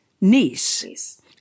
niece